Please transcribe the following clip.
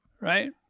right